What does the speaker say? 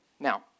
Now